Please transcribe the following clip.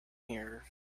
here